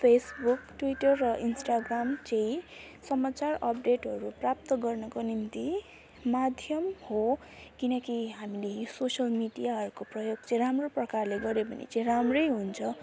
Facebook Twitter र Instagram चाहिँ समाचार अपडेटहरू प्राप्त गर्नुको निम्ति माध्यम हो किनकि हामीले सोसियल मिडियाहरूको प्रयोग चाहिँ राम्रो प्रकारले गऱ्यो भने चाहिँ राम्रै हुन्छ